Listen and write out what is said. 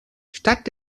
statt